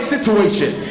situation